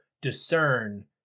discern